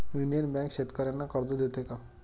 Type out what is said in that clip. Indian bank शेतकर्यांना कर्ज देते का?